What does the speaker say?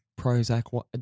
Prozac